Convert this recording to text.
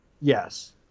Yes